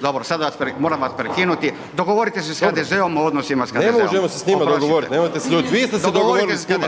dobro, sada vas moram prekinuti, dogovorite se s HDZ-om o odnosima s HDZ-om. …/Upadica Beljak: Ne možemo se s njima dogovoriti, nemojte se ljutiti, vi ste se dogovorili s njima,